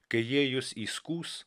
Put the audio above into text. kai jie jus įskųs